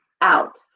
out